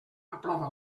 aprova